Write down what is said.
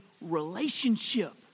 relationship